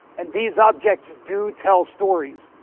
and these objects do tell stories.